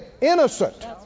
innocent